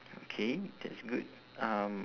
okay that's good um